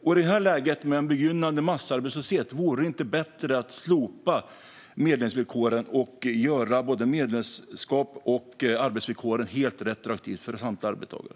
I det här läget med en begynnande massarbetslöshet, vore det då inte bättre att slopa medlemsvillkoren och göra både medlemskap och arbetsvillkor helt retroaktiva för samtliga arbetstagare?